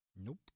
nope